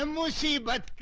um will she but